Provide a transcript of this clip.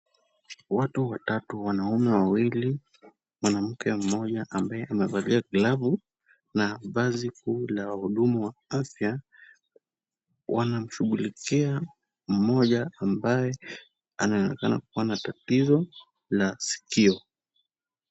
Watu watatu, wanaume wawili, mwanamke mmoja ambaye amevalia glavu na vazi kuu la wahudumu wa afya, wanamshughulikia mmoja ambaye anaonekana kuwa na tatizo la sikio.